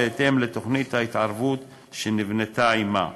בהתאם לתוכנית ההתערבות שנבנתה עמה.